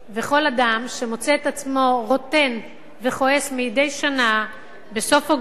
וכל אדם שמוצא את עצמו רוטן וכועס מדי שנה בסוף אוגוסט,